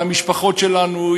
אבל המשפחות שלנו,